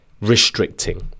restricting